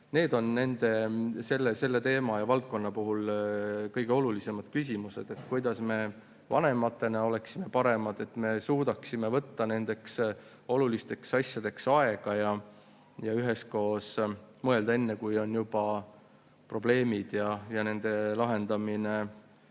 need on selle teema ja valdkonna puhul kõige olulisemad küsimused, et kuidas me vanematena oleksime paremad, suudaksime võtta nendeks olulisteks asjadeks aega ja üheskoos mõelda, enne kui on juba probleemid ja nende lahendamine palju